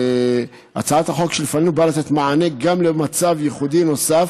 הצעת החוק שלפנינו באה לתת מענה גם למצב ייחודי נוסף,